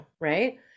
right